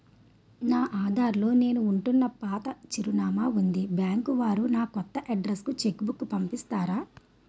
నా ఆధార్ లో నేను ఉంటున్న పాత చిరునామా వుంది బ్యాంకు వారు నా కొత్త అడ్రెస్ కు చెక్ బుక్ పంపిస్తారా?